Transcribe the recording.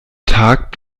tag